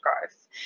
growth